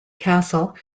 castle